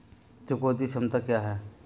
चुकौती क्षमता क्या है?